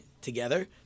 together